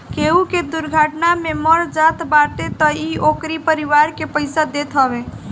केहू के दुर्घटना में मर जात बाटे तअ इ ओकरी परिवार के पईसा देत हवे